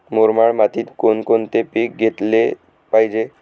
मुरमाड मातीत कोणकोणते पीक घेतले पाहिजे?